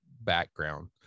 background